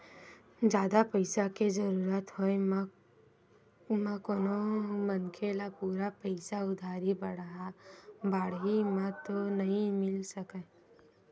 जादा पइसा के जरुरत होय म कोनो मनखे ल पूरा पइसा उधारी बाड़ही म तो नइ मिल सकय